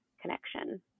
connection